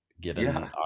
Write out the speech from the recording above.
given